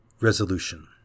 Resolution